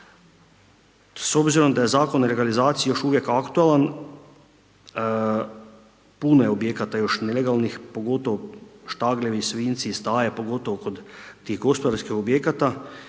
S obzirom da je Zakon o legalizaciji još uvijek aktualan, puno je objekata još nelegalnih pogotovo štagljevi, svinjci, staje, pogotovo kod tih gospodarskih objekata